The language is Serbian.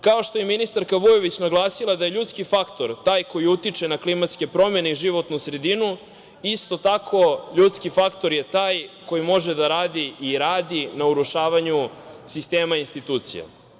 Kao što je i ministarka Vujović naglasila da je ljudski faktor taj koji utiče na klimatske promene i životnu sredinu, isto tako ljudski faktor je taj koji može da radi, i radi, na urušavanju sistema institucija.